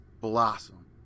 blossom